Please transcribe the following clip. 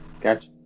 Gotcha